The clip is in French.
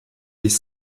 les